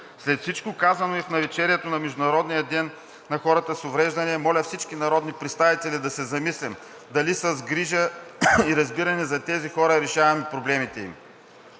След всичко казано и в навечерието на Международния ден на хората с увреждания моля всички народни представители да се замислим дали с грижа и разбиране за тези хора решаваме проблемите им.